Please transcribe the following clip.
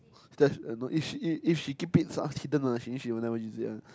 that's uh no if she keep it hidden lah then she will never use it one